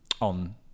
on